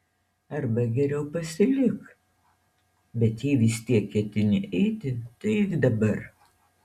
arba geriau pasilik bet jei vis tiek ketini eiti tai eik dabar